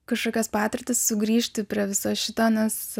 kažkokias patirtis sugrįžti prie viso šito nes